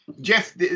Jeff